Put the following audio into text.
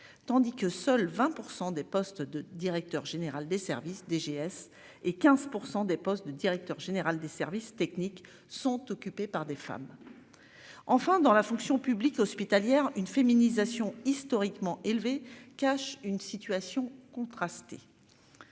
tandis que seuls 20% des postes de directeur général des services DGS et 15% des postes de directeur général des services techniques sont occupés par des femmes. Enfin dans la fonction publique hospitalière une féminisation historiquement élevé cache une situation contrastée.